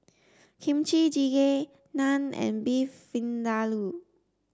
Kimchi Jjigae Naan and Beef Vindaloo